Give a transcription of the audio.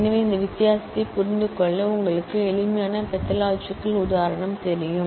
எனவே இந்த வித்தியாசத்தைப் புரிந்துகொள்ள உங்களுக்கு எளிமையான பெத்தலொஜிக்கல் உதாரணம் தெரியும்